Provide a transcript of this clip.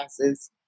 classes